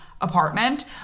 apartment